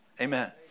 Amen